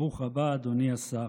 ברוך הבא, אדוני השר.